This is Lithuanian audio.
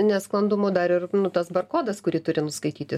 nesklandumų dar ir nu tas barkodas kurį turi nuskaityti